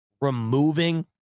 removing